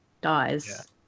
dies